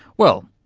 well,